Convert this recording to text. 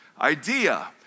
idea